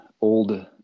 old